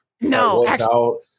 no